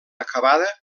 acabada